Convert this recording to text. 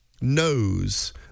knows